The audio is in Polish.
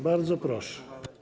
Bardzo proszę.